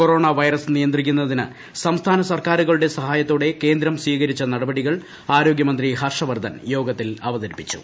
corona virus നിയന്ത്രിക്കുന്നതിന് സംസ്ഥാന സർക്കാരുകളുടെ സഹായത്തോടെ കേന്ദ്രം സ്വീകരിച്ച നടപടികൾ ആരോഗൃ മന്ത്രി ഹർഷ വർദ്ധൻ യോഗത്തിൽ അവതരിപ്പിച്ചു